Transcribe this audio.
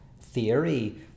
theory